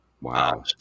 wow